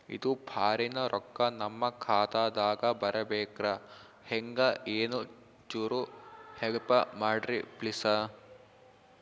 ಇದು ಫಾರಿನ ರೊಕ್ಕ ನಮ್ಮ ಖಾತಾ ದಾಗ ಬರಬೆಕ್ರ, ಹೆಂಗ ಏನು ಚುರು ಹೆಲ್ಪ ಮಾಡ್ರಿ ಪ್ಲಿಸ?